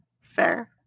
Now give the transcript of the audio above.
Fair